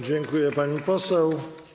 Dziękuję, pani poseł.